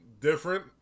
different